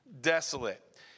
desolate